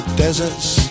Deserts